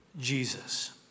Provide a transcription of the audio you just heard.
Jesus